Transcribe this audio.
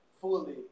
fully